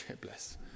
bless